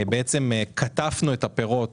קטפנו את הפירות